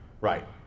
Right